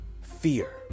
Fear